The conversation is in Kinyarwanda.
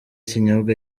ikinyobwa